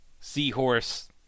seahorse